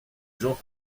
jean